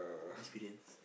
experience